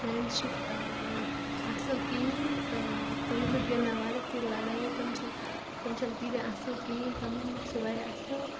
friendship اَصٕل کِہیٖنۍ تہٕ تِمَن سۭتۍ گٔے مےٚ واریاہ پھیٖرۍ لَڑٲے تِم چھےٚ تِم چھَنہٕ تیٖتیٛاہ اَصٕل کِہیٖنۍ تَمَنا چھِ واریاہ اَصٕل